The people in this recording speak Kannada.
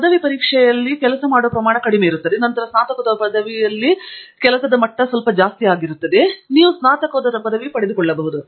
ಪದವಿ ಪರೀಕ್ಶೆ ಕೆಲಸದ ಪ್ರಮಾಣವು ಕಡಿಮನಂತರ ಸ್ನಾತಕೋತ್ತರ ಪದವಿಯ ಕೆಲಸ ಸ್ವಲ್ಪಮಟ್ಟಿಗೆ ಹೆಚ್ಚಿನದಾಗಿರಬಹುದು ನೀವು ಸ್ನಾತಕೋತ್ತರ ಪದವಿ ಪಡೆದುಕೊಳ್ಳಬಹುದು